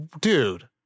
Dude